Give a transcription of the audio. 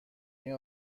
این